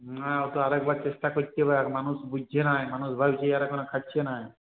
না ও তো আর একবার চেষ্টা করতে হবে মানুষ বুঝছে না মানুষ ভাবছে এরা কেন খাটছে না